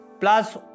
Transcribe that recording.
plus